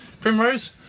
Primrose